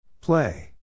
Play